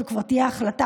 זו כבר תהיה החלטה,